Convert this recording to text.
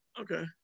okay